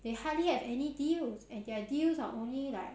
they hardly have any deals and their deals are only like